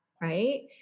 Right